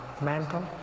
mental